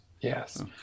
yes